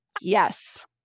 Yes